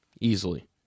Easily